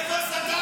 איפה ההסתה פה?